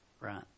right